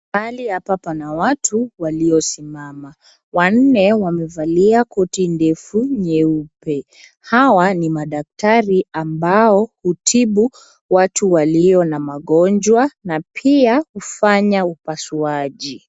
Mahali hapa pana watu walio simama. Wanne wamevalia koti ndefu nyeupe, hawa ni madaktari ambao hutibu watu walio na magonjwa na pia kufanya upasuaji.